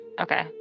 Okay